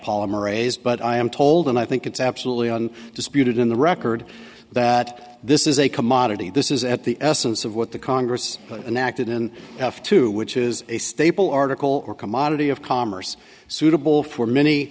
polymerase but i am told and i think it's absolutely on disputed in the record that this is a commodity this is at the essence of what the congress and acted in f two which is a staple article or commodity of commerce suitable for